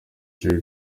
jay